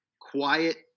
quiet